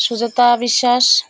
Sujata Biswas